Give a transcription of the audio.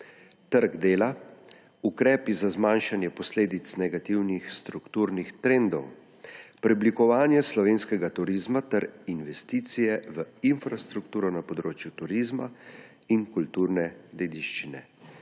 trg dela, ukrepi za zmanjšanje posledic negativnih strukturnih trendov, preoblikovanje slovenskega turizma ter investicije v infrastrukturo na področju turizma in kulturne dediščine.